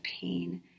pain